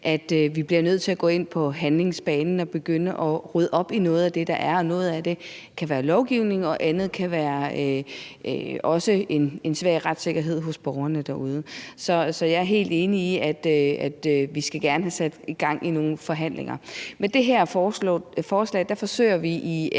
at vi bliver nødt til at gå ind på handlingsbanen og begynde at rydde op i noget af det, der er, og noget af det kan være lovgivningen, og andet kan også være en svag retssikkerhed hos borgerne derude. Så jeg er helt enig i, at vi gerne skal have sat gang i nogle forhandlinger. Med det her forslag forsøger vi i SF